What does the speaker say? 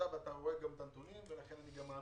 ואתה רואה את הנתונים ולכן אני גם מאמין.